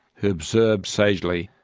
who observed sagely,